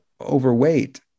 overweight